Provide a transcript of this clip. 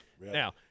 now